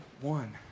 one